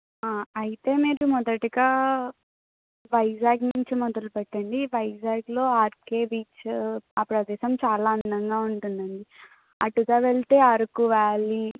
అయితే మీరు మొదటిగా వైజాగ్ నుంచి మొదలుపెట్టండి వైజాగ్లో ఆర్కే బీచు ఆ ప్రదేశం చాలా అందంగా ఉంటుందండి అటుగా వెళ్తే అరకు వ్యాలీ